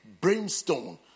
brimstone